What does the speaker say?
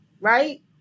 Right